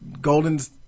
Golden's